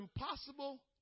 impossible